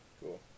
Cool